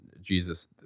Jesus